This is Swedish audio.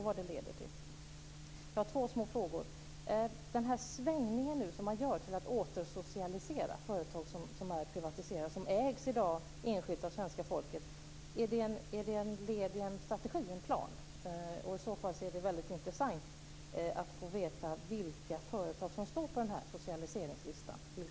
Jag har två frågor. Det svängning som man nu gör för att återssocialisera företag som är privatiserade och som i dag ägs enskilt av svenska folket, är det ett led i en strategi? Finns det en plan? I så fall vore det väldigt intressant att få veta vilka företag som står på denna socialiseringslista.